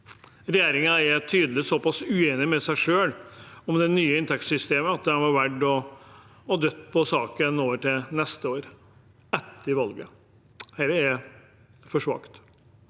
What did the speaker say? Regjeringen er tydeligvis såpass uenig med seg selv om det nye inntektssystemet at de har valgt å dytte saken over til neste år, etter valget. Dette er for svakt.